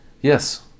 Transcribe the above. Yes